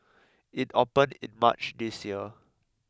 it opened in March this year